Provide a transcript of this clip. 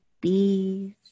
bees